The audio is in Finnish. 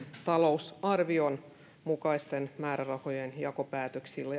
talousarvion mukaisten määrärahojen jakopäätöksillä